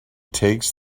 takes